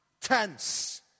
tense